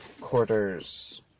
quarters